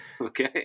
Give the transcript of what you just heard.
okay